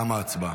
תמה ההצבעה.